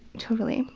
totally.